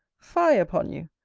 fie upon you!